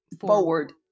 forward